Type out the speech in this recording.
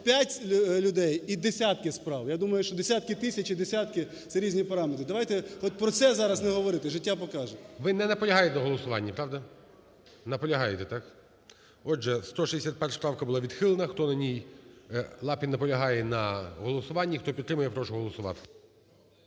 35 людей і десятки справ. Я думаю, що десятки тисяч і десятки – це різні параметри. Давайте хоч про це зараз не говорити. Життя покаже. ГОЛОВУЮЧИЙ. Ви не наполягаєте на голосуванні, правда? Наполягаєте, так? Отже, 161 правка була відхилена. Хто на ній… Лапін наполягає на голосуванні, хто підтримує, прошу голосувати.